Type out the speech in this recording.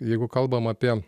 jeigu kalbam apie